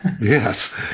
Yes